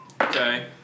okay